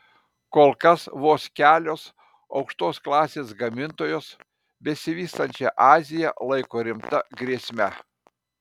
kol kas vos kelios aukštos klasės gamintojos besivystančią aziją laiko rimta grėsme